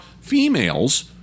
females